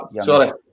Sorry